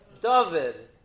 David